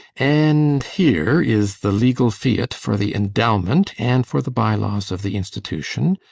and here is the legal fiat for the endowment and for the bye-laws of the institution.